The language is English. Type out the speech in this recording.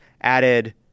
added